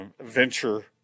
venture